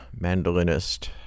mandolinist